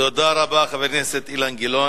תודה רבה, חבר הכנסת אילן גילאון.